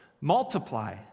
MULTIPLY